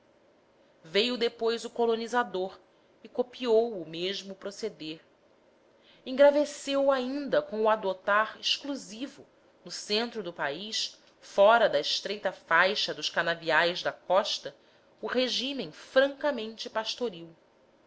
veio depois o colonizador e copiou o mesmo proceder engravesceu o ainda com o adotar exclusivo no centro do país fora da estreita faixa dos canaviais da costa o regime francamente pastoril